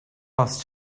was